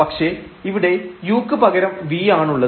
പക്ഷേ ഇവിടെ u ക്ക് പകരം v ആണുള്ളത്